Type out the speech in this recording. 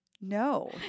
no